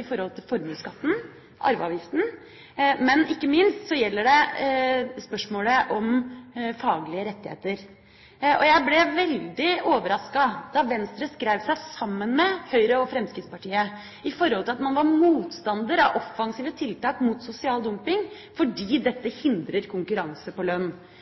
i forhold til formuesskatten og arveavgiften, og ikke minst når det gjelder spørsmålet om faglige rettigheter. Jeg ble veldig overrasket da Venstre skrev seg sammen med Høyre og Fremskrittspartiet i forhold til at man var motstandere av offensive tiltak mot sosial